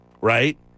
right